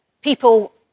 people